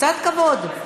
קצת כבוד.